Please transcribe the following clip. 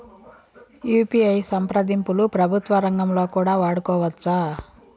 UPI సంప్రదింపులు ప్రభుత్వ రంగంలో కూడా వాడుకోవచ్చా?